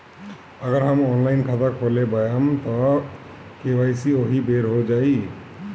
अगर हम ऑनलाइन खाता खोलबायेम त के.वाइ.सी ओहि बेर हो जाई